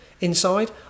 inside